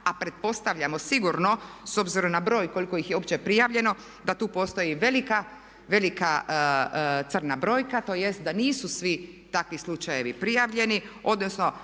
a pretpostavljamo sigurno s obzirom na broj koliko ih je uopće prijavljeno da tu postoji velika crna brojka tj. da nisu svi takvi slučajevi prijavljeni, odnosno